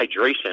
hydration